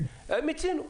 מיצינו.